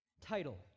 title